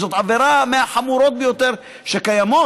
זו עבירה מהחמורות ביותר שקיימות.